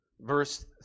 Verse